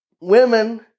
women